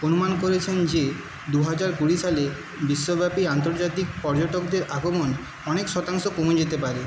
অনুমান করেছেন যে দুহাজার কুড়ি সালে বিশ্বব্যাপী আন্তর্জাতিক পর্যটকদের আগমন অনেক শতাংশ কমে যেতে পারে